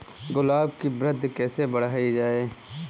गुलाब की वृद्धि कैसे बढ़ाई जाए?